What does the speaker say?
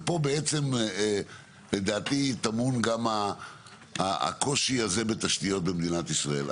ופה בעצם לדעתי טמון גם הקושי הזה בתשתיות במדינת ישראל.